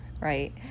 right